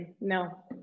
No